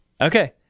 Okay